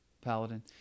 Paladin